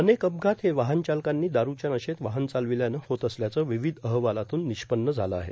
अनेक अपघात हे वाहनचालकांनी दारुच्या नशेत वाहनं चार्लावल्यानं होत असल्याचं र्वावध अहवालातून निष्पन्न झालं आहे